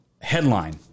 headline